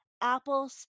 Apple